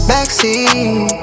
Backseat